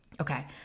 Okay